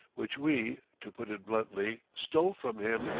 which we to put it bluntly stole from him,